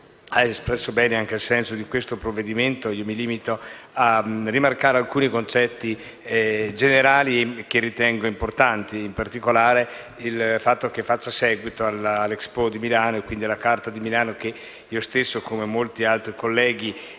ha espresso bene anche il senso del provvedimento e mi limito a rimarcare alcuni concetti generali, che ritengo importanti e in particolare il fatto che faccia seguito all'Expo di Milano e alla Carta di Milano, che io stesso, come molti altri colleghi,